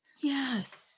Yes